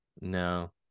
No